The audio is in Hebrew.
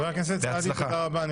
חבר הכנסת סעדי, תודה רבה.